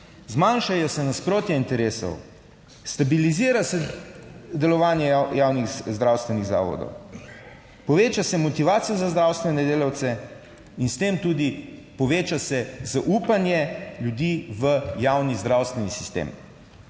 zmanjšajo se nasprotja interesov, stabilizira se delovanje javnih zdravstvenih zavodov, poveča se motivacija za zdravstvene delavce in s tem tudi poveča se zaupanje ljudi v javni zdravstveni sistem.